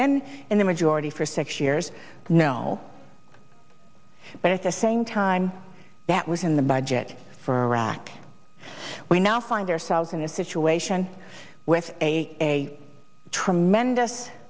been in the majority for six years no but at the same time that was in the budget for iraq we now find ourselves in this situation with a tremendous